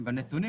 בנתונים,